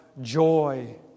joy